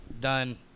done